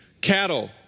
cattle